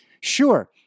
sure